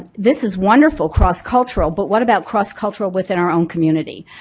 this is wonderful, cross cultural, but what about cross cultural within our own community?